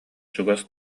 чугас